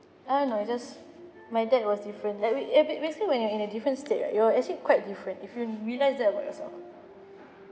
I don't know it just my dad was different eh we eh ba~ basically when you're in a different state right you're actually quite different if you realise that about yourself